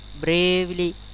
bravely